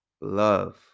Love